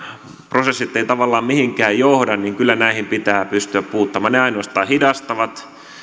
prosessit eivät tavallaan mihinkään johda niin kyllä näihin pitää pystyä puuttumaan ne ainoastaan hidastavat